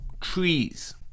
trees